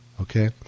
Okay